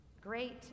Great